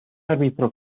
árbitro